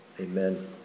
Amen